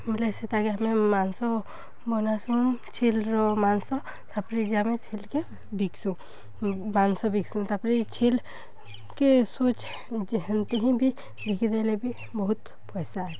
ବୋଏଲେ ସେତାକେ ଆମେ ମାଂସ ବନାସୁଁ ଛେଲ୍ର ମାଂସ ତା'ପରେ ଯେ ଆମେ ଛେଲ୍କେ ବିକ୍ସୁଁ ମାଂସ ବିକ୍ସୁଁ ତା'ପରେ ଛେଲ୍କେ ସୋଚ୍ ଯେ ହେନ୍ତି ହିଁ ବି ବିକିଦେଲେ ବି ବହୁତ୍ ପଏସା ଅଏସି